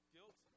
Guilt